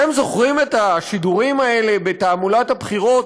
אתם זוכרים את השידורים האלה בתעמולת הבחירות,